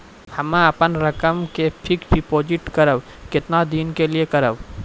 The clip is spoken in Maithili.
हम्मे अपन रकम के फिक्स्ड डिपोजिट करबऽ केतना दिन के लिए करबऽ?